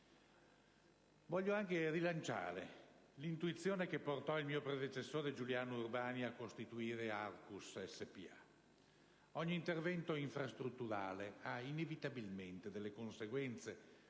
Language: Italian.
Voglio anche rilanciare l'intuizione che portò il mio predecessore Giuliano Urbani a costituire Arcus spa. Ogni intervento infrastrutturale ha, inevitabilmente, delle conseguenze